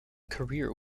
career